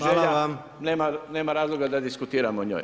želja nema razloga da diskutiramo o njoj.